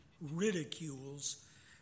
ridicules